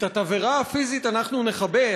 את התבערה הפיזית אנחנו נכבה,